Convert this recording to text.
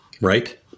Right